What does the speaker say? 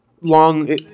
long